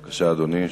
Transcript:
בבקשה, אדוני.